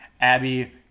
abby